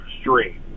street